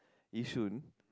yishun